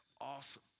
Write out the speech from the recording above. awesome